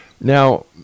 Now